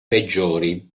peggiori